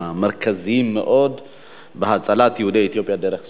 המרכזיים מאוד בהצלת יהודי אתיופיה דרך סודן.